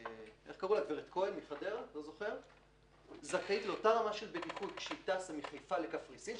גברת כהן מחדרה זכאית לאותה רמה של בטיחות כשהיא טסה מחיפה לקפריסין,